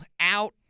out